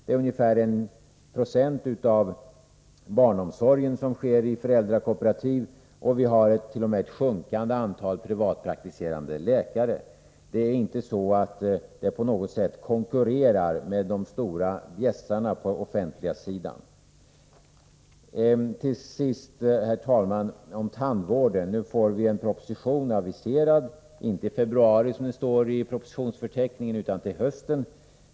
Det är ungefär 1 96 av barnomsorgsverksamheten som bedrivs i föräldrakooperativ, och antalet privatpraktiserande läkare är t.o.m. sjunkande. De privata initiativen konkurrerar inte på något sätt med de stora bjässarna på den offentliga sidan. Till sist, herr talman, några ord om tandvården. En proposition aviseras nu, inte till februari, som det står i propositionsförteckningen, utan till hösten.